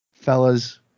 Fellas